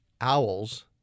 owls